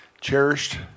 cherished